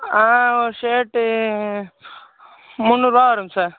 ஆ shirt முன்னூறு ரூபா வருங்க சார்